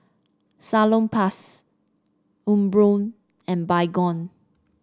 Salonpas Umbro and Baygon